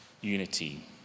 unity